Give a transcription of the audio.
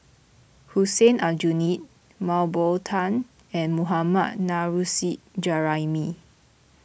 Hussein Aljunied Mah Bow Tan and Mohammad Nurrasyid Juraimi